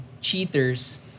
cheaters